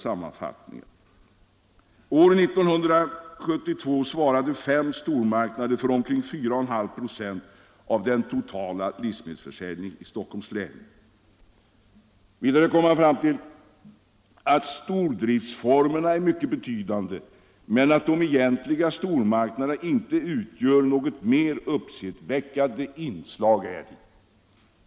År 1972 svarade fem stormarknader för omkring 4,5 96 av den totala livsmedelsförsörjningen i Stockholms län. Utredningen kom vidare fram till att stordriftsformerna är mycket betydande, men att de egentliga stormarknaderna inte utgör något mer uppseendeväckande inslag däri.